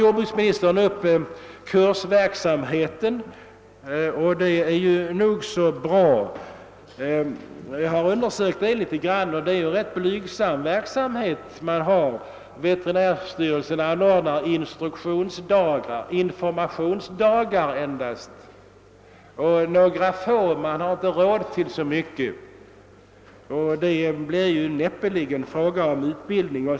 Jordbruksministern tog upp kursverksamheten. Jag har undersökt den litet grand och funnit att den är rätt blygsam. Veterinärstyrelsen har anordnat några få informationsdagar på skilda håll i landet. Man har inte råd till mera. Det är näppeligen någon utbildning.